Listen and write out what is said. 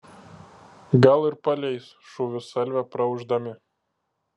gal ir paleis šūvių salvę praūždami